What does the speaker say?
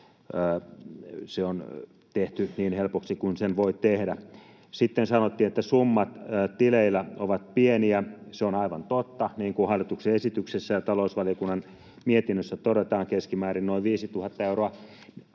se on tehty niin helpoksi kuin sen voi tehdä. Sitten sanottiin, että summat tileillä ovat pieniä: se on aivan totta — niin kuin hallituksen esityksessä ja talousvaliokunnan mietinnössä todetaan, keskimäärin noin 5 000 euroa.